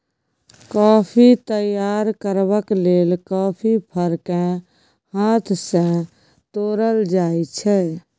coffee तैयार करबाक लेल कॉफी फर केँ हाथ सँ तोरल जाइ छै